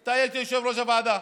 אתה היית יושב-ראש הוועדה.